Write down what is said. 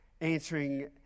answering